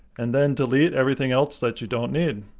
and then delete everything else that you don't need.